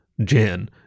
Jen